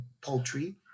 poultry